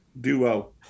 duo